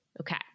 Okay